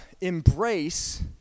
embrace